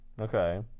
Okay